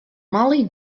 mollie